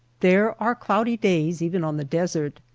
there are cloudy days even on the desert.